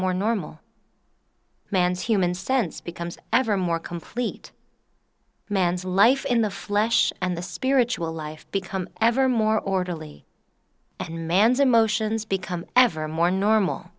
more normal man's human sense becomes ever more complete man's life in the flesh and the spiritual life become ever more orderly and man's emotions become ever more normal